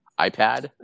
iPad